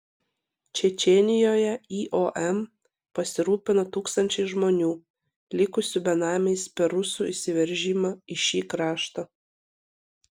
čečėnijoje iom pasirūpino tūkstančiais žmonių likusių benamiais per rusų įsiveržimą į šį kraštą